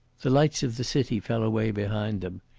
the lights of the city fell away behind them.